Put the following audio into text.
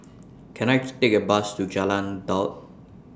Can I Take A Bus to Jalan Daud